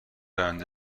آینده